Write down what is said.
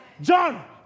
John